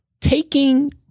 taking